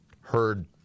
heard